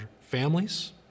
families